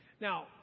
Now